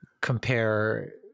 compare